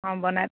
অঁ বনাই